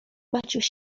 maciuś